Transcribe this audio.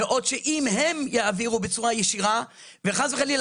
בעוד שאם הם יעבירו בצורה ישירה וחס וחלילה